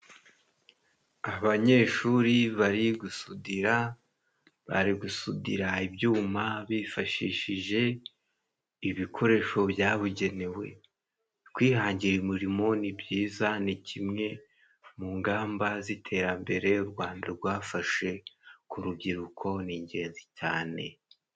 Abanyeshuri bari gusudira， bari gusudira ibyuma bifashishije ibikoresho byabugenewe， kwihangira umurimo ni byiza ni kimwe mu ngamba z'iterambere u Rwanda rwafashe， ku rubyiruko ni ingenzi cyane.